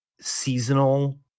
seasonal